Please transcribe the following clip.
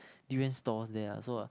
durian stalls there ah so ah